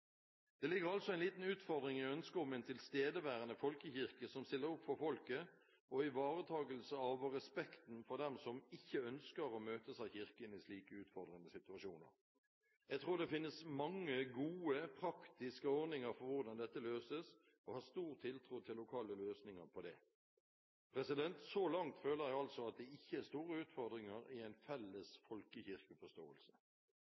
Det ligger altså en liten utfordring i ønsket om en tilstedeværende folkekirke som stiller opp for folket, og ivaretagelse av og respekten for dem som ikke ønsker å møtes av Kirken i slike utfordrende situasjoner. Jeg tror det finnes mange gode, praktiske ordninger for hvordan dette løses, og har stor tiltro til lokale løsninger på det. Så langt føler jeg altså at det ikke er store utfordringer i en felles